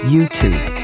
YouTube